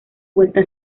vuelta